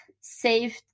saved